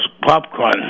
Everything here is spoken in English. popcorn